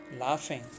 laughing